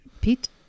Pete